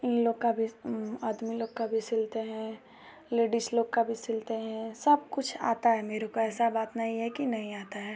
इन लोग का भी आदमी लोग का भी सिलते हैं लेडीस लोग का भी सिलते हैं सब कुछ आता है मेरे को ऐसा बात नही है कि नहीं आता है